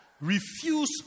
refuse